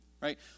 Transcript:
right